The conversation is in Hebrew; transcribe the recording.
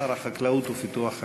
לשר החקלאות ופיתוח הכפר.